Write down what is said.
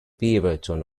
beaverton